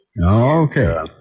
Okay